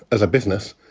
as a business,